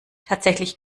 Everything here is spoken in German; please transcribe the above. tatsächlich